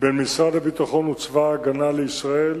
בין משרד הביטחון וצבא-הגנה לישראל